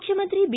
ಮುಖ್ಯಮಂತ್ರಿ ಬಿ